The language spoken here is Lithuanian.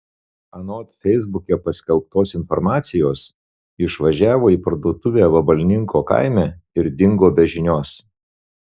anot feisbuke paskelbtos informacijos išvažiavo į parduotuvę vabalninko kaime ir dingo be žinios